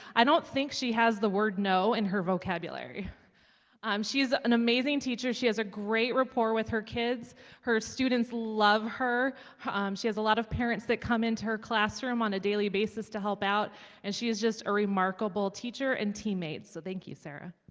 i don't think she has the word no in her vocabulary um she's an amazing teacher. she has a great rapport with her kids her students love her she has a lot of parents that come into her classroom on a daily basis to help out and she is just a remarkable teacher and teammate so, thank you sara